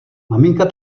maminka